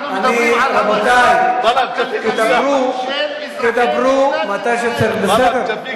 רבותי, תדברו מתי שצריך, בסדר?